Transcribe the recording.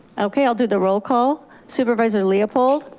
okay, i'll do the roll call, supervisor leopold?